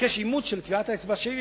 לבקש אימות של טביעת האצבע שלי,